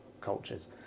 cultures